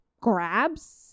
grabs